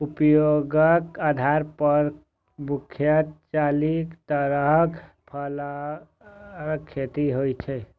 उपयोगक आधार पर मुख्यतः चारि तरहक फसलक खेती होइ छै